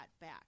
back